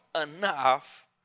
enough